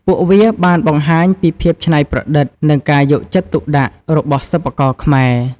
ពួកវាបានបង្ហាញពីភាពច្នៃប្រឌិត និងការយកចិត្តទុកដាក់របស់សិប្បករខ្មែរ។